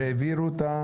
והעבירו את ?